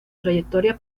trayectoria